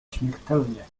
śmiertelnie